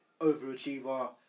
overachiever